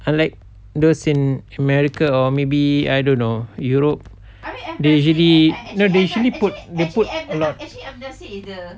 unlike those in america or maybe I don't know europe they usually they usually put the put at lot